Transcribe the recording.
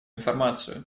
информацию